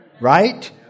Right